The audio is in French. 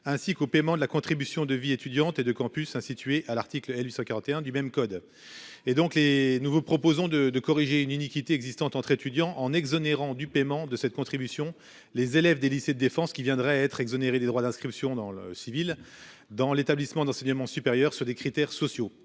ainsi qu'au paiement de la contribution de vie étudiante et de Campus situé à l'article L. 841 du même code et donc les nous vous proposons de de corriger une iniquité existante entre étudiants en exonérant du paiement de cette contribution. Les élèves des lycées de défense qui viendraient à être exonérée des droits d'inscription dans le civil dans l'établissement d'enseignement supérieur sur des critères sociaux